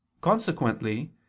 Consequently